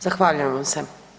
Zahvaljujem vam se.